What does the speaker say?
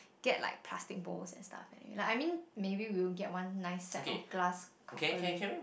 get like plastic bowls and stuff and like I mean maybe we'll get like one nice set of glass crockery